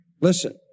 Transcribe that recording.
Listen